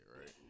right